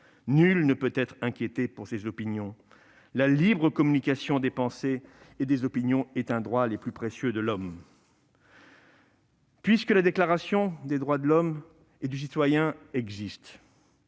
nul ne doit être inquiété pour ses opinions [...]»;« la libre communication des pensées et des opinions est un des droits les plus précieux de l'Homme [...].» Puisque la Déclaration des droits de l'homme et du citoyen,